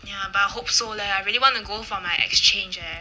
ya but I hope so leh I really want to go for my exchange leh